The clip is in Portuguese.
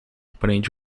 prende